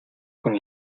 con